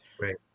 right